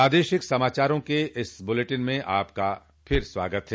प्रादेशिक समाचारों के इस बुलेटिन में आपका फिर से स्वागत है